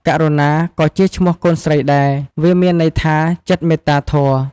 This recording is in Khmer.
ករុណាក៏ជាឈ្មោះកូនស្រីដែរ វាមានន័យថាចិត្តមេត្តាធម៌។